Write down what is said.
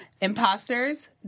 Imposters